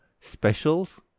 specials